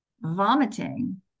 vomiting